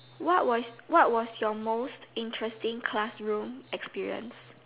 what was what was your most interesting classroom experience